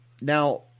Now